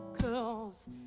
Cause